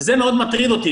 וזה מאוד מטריד אותי,